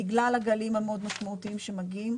בגלל הגלים המאוד משמעותיים שמגיעים.